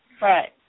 Right